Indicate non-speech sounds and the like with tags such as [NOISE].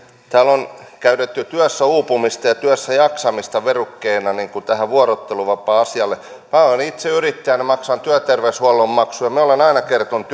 täällä on käytetty työssäuupumista ja työssäjaksamista verukkeena tähän vuorotteluvapaa asiaan minä olen itse yrittäjänä maksan työterveyshuollon maksuja minä olen aina kertonut [UNINTELLIGIBLE]